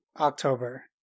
October